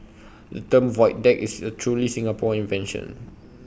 the term void deck is A truly Singapore invention